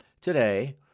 today